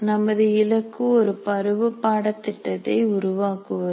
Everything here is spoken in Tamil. நமது இலக்கு ஒரு பருவ பாடத்திட்டத்தை உருவாக்குவது